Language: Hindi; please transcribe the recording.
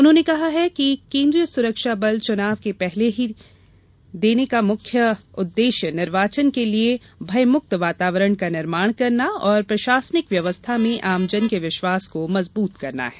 उन्होंने कहा है कि कोन्द्रीय सुरक्षा बल चुनाव के पहले ही देने का मुख्य उद्देश्य निर्वाचन के लिये भयमुक्त वातावरण का निर्माण करना एवं प्रशासनिक व्यवस्था में आमजन के विश्वास को मजबूत करना है